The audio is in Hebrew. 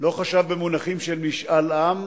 לא חשב במונחים של משאל עם,